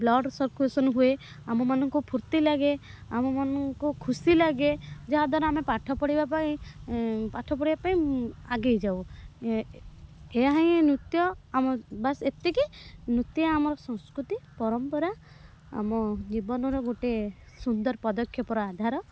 blood circulation ହୁଏ ଆମମାନଙ୍କୁ ଫୁର୍ତ୍ତି ଲାଗେ ଆମମାନଙ୍କୁ ଖୁସି ଲାଗେ ଯାହାଦ୍ଵାରା ଆମେ ପାଠ ପଢ଼ିବା ପାଇଁ ପାଠ ପଢ଼ିବା ପାଇଁ ଆଗେଇ ଯାଉ ଏ ଏହାହିଁ ନୃତ୍ୟ ଆମ ବାସ୍ ଏତିକି ନୃତ୍ୟ ଆମର ସଂସ୍କୃତି ପରମ୍ପରା ଆମ ଜୀବନର ଗୋଟିଏ ସୁନ୍ଦର ପଦକ୍ଷେପର ଆଧାର